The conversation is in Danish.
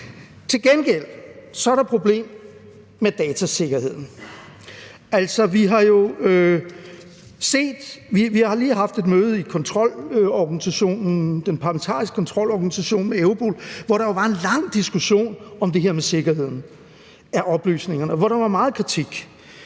Til gengæld så er der et problem med datasikkerheden. Altså, vi har lige haft et møde i den parlamentariske kontrolorganisation med Europol, hvor der jo var en lang diskussion om det her med sikkerheden omkring oplysninger, og hvor der var meget kritik.